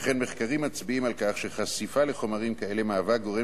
שכן מחקרים מצביעים על כך שחשיפה לחומרים כאלה מהווה גורם